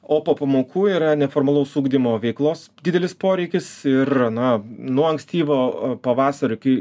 o po pamokų yra neformalaus ugdymo veiklos didelis poreikis ir na nuo ankstyvo pavasario iki